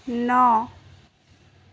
ন